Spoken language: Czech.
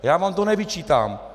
Já vám to nevyčítám.